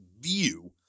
view